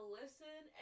listen